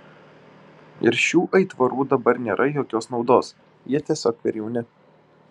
iš šių aitvarų dabar nėra jokios naudos jie tiesiog per jauni